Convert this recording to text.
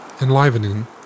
enlivening